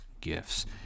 gifts